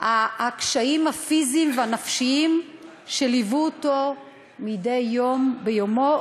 הקשיים הפיזיים והנפשיים שליוו אותו מדי יום ביומו,